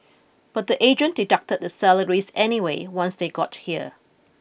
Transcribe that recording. but the agent deducted their salaries anyway once they got here